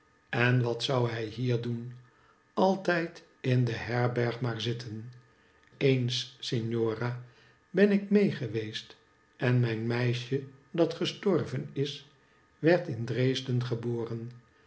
en wat zou hij hier doen altijd in de herberg maar zitten eens signora ben ik mee geweest en mijn meisje dat gestorven is werd in dresden geboren